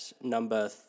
number